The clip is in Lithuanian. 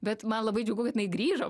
bet man labai džiugu kad jinai grįžo